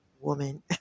woman